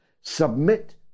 submit